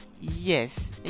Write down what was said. yes